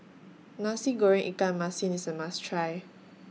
Nasi Goreng Ikan Masin IS A must Try